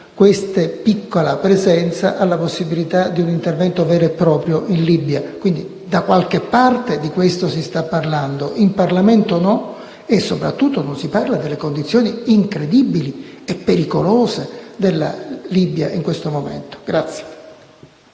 questa piccola presenza alla possibilità di un intervento vero e proprio in Libia. Da qualche parte, quindi, di questo si sta parlando; in Parlamento no e soprattutto non si parla delle condizioni incredibili e pericolose della Libia nell'attuale momento.